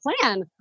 plan